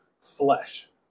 flesh